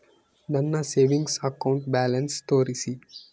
ನನ್ನ savings account balance ತೋರಿಸಿ?